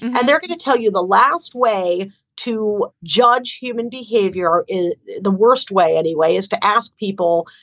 and they're going to tell you the last way to judge human behavior in the worst way, anyway, is to ask people,